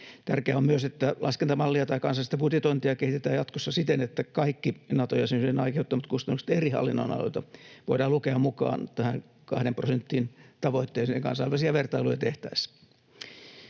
Tärkeää on myös, että laskentamallia tai kansallista budjetointia kehitetään jatkossa siten, että kaikki Nato-jäsenyyden aiheuttamat kustannukset eri hallinnonaloilta voidaan lukea mukaan tähän kahden prosentin tavoitteeseen kansainvälisiä vertailuja tehtäessä.